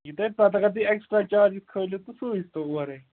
یہِ تۄہہِ پَتہٕ اگر تُہۍ ایکٕسٹرا چارجِز کھٲلِو تہٕ سوٗزتو اورے